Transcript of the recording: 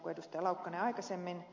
laukkanen aikaisemmin